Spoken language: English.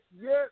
yes